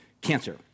cancer